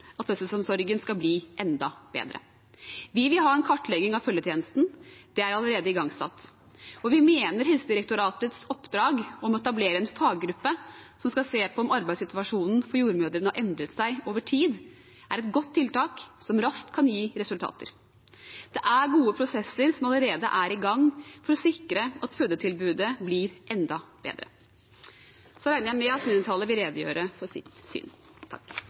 ha en kartlegging av følgetjenesten. Det er allerede igangsatt. Og vi mener Helsedirektoratets oppdrag med å etablere en faggruppe som skal se på om arbeidssituasjonen for jordmødrene har endret seg over tid, er et godt tiltak som raskt kan gi resultater. Det er gode prosesser som allerede er i gang for å sikre at fødetilbudet blir enda bedre. Jeg regner med at mindretallet vil redegjøre for sitt syn.